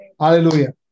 Hallelujah